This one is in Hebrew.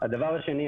דבר שני,